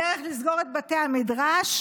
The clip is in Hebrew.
הדרך לסגור את בתי המדרש,